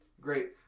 great